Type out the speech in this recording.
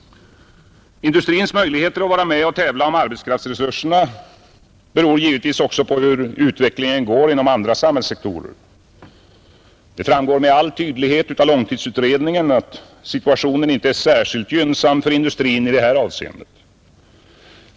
Industrins möjligheter att vara med och tävla om arbetskraftsresurserna beror givetvis också på hur utvecklingen går inom andra samhällssektorer. Det framgår med all tydlighet av långtidsutredningen att situationen inte är särskilt gynnsam för industrin i det här avseendet.